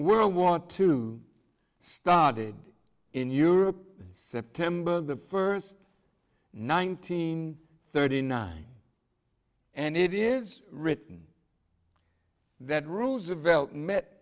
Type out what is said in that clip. world want to started in europe september the first nineteen thirty nine and it is written that roosevelt